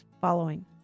following